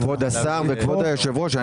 כבוד השר וכבוד היושב ראש,